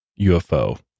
UFO